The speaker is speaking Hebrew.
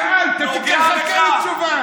שאלת, תחכה לתשובה.